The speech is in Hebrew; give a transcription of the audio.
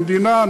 המדינה,